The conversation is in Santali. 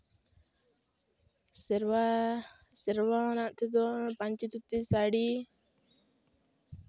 ᱥᱮᱨᱣᱟ ᱥᱮᱨᱣᱟ ᱨᱮᱱᱟᱜ ᱛᱮᱫᱚ ᱯᱟᱹᱧᱪᱤ ᱫᱷᱩᱛᱤ ᱥᱟᱹᱲᱤ